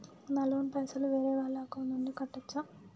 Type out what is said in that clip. నా లోన్ పైసలు వేరే వాళ్ల అకౌంట్ నుండి కట్టచ్చా?